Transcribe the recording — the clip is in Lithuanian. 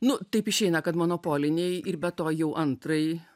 nu taip išeina kad monopolinei ir be to jau antrajai